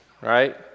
right